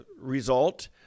result